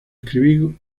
escribí